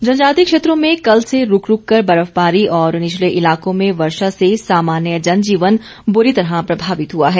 मौसम जनजातीय क्षेत्रों में कल से रूक रूक कर बर्फबारी और निचले इलाकों में वर्षा से सामान्य जनजीवन बुरी तरह प्रभावित हुआ है